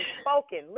spoken